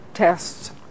Tests